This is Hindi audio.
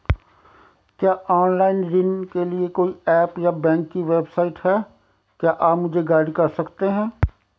क्या ऑनलाइन ऋण के लिए कोई ऐप या बैंक की वेबसाइट है क्या आप मुझे गाइड कर सकते हैं?